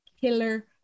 Killer